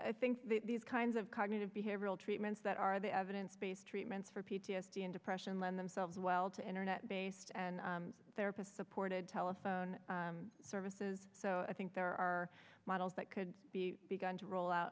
i think these kinds of cognitive behavioral treatments that are the evidence treatments for p t s d and depression lend themselves well to internet based and therapist supported telephone services so i think there are models that could be begun to roll out